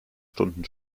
stunden